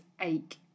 ache